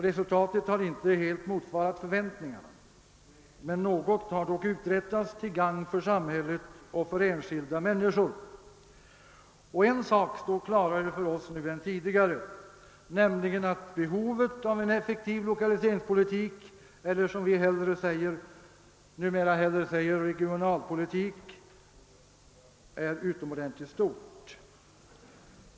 Resultatet har inte helt motsvarat förväntningarna, men något har dock uträttats till gagn för samhället och för enskilda människor. Och en sak står klarare för oss nu än tidigare, nämligen att behovet av en effektiv 1okaliseringspolitik eller — som vi numera hellre säger — regionalpolitik är utomordentligt stort.